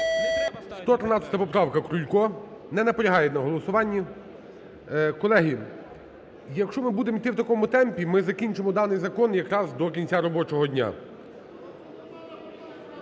113 поправка, Крулько. Не наполягає на голосуванні. Колеги, якщо ми будемо йти у такому темпі, ми закінчимо даний закон якраз до кінця робочого дня.